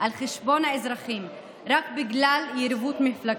על חשבון האזרחים רק בגלל יריבות מפלגתית.